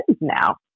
now